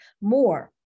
more